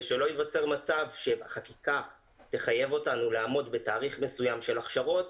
שלא ייווצר מצב שהחקיקה תחייב אותנו לעמוד בתאריך מסוים של הכשרות,